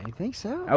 and think so,